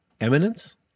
Eminence